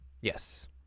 yes